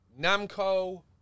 Namco